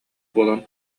буолан